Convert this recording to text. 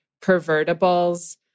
pervertibles